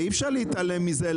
ואי אפשר להתעלם מזה.